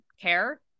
care